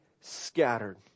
scattered